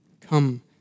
Come